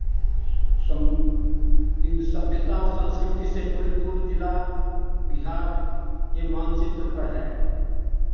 सम् इन सभ्यता और संस्कृति से परिपूर्ण जिला बिहार के मानचित्र पर है